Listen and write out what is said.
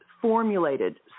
formulated